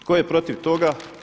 Tko je protiv toga?